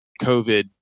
COVID